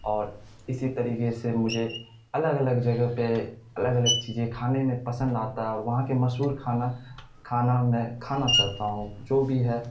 اور اسی طریقے سے مجھے الگ الگ جگہ پہ الگ الگ چیزیں کھانے میں پسند آتا ہے اور وہاں کے مشہور کھانا کھانا میں کھانا چاہتا ہوں جو بھی ہے